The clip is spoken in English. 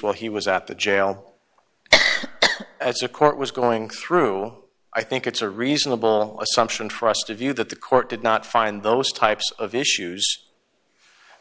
while he was at the jail as a court was going through i think it's a reasonable assumption for us to view that the court did not find those types of issues